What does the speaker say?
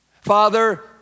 Father